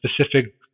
specific